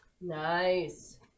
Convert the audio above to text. Nice